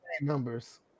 numbers